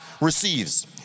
receives